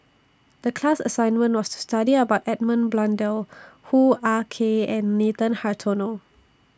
The class assignment was to study about Edmund Blundell Hoo Ah Kay and Nathan Hartono